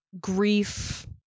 grief